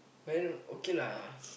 when okay lah